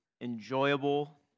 enjoyable